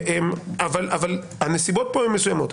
אבל הנסיבות כאן הן מסוימות.